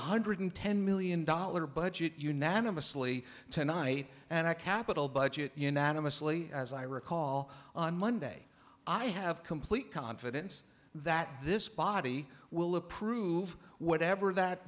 hundred ten million dollar budget unanimously tonight and a capital budget unanimously as i recall on monday i have complete confidence that this body will approve whatever that